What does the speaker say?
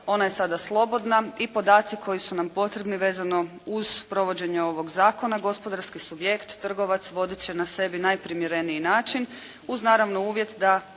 Ona je sada slobodna i podaci koji su nam potrebni vezano uz provođenje ovog zakona gospodarski subjekt, trgovac, voditi će na sebi najprimjereniji način uz naravno uvjet da